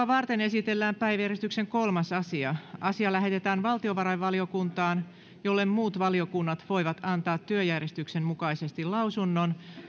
varten esitellään päiväjärjestyksen kolmas asia asia lähetetään valtiovarainvaliokuntaan jolle muut valiokunnat voivat antaa työjärjestyksen mukaisesti lausunnon